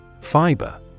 Fiber